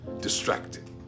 distracted